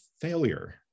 failure